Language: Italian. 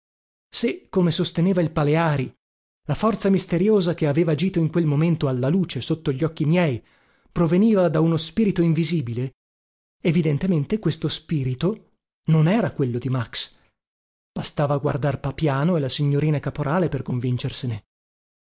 se come sosteneva il paleari la forza misteriosa che aveva agito in quel momento alla luce sotto gli occhi miei proveniva da uno spirito invisibile evidentemente questo spirito non era quello di max bastava guardar papiano e la signorina caporale per convincersene quel